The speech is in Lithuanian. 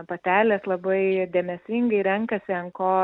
patelės labai dėmesingai renkasi ant ko